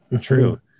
true